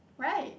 right